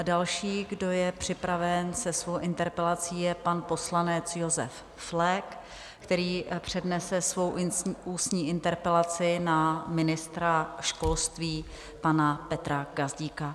Další, kdo je připraven se svou interpelací, je pan poslanec Josef Flek, který přednese svou ústní interpelaci na ministra školství pana Petra Gazdíka.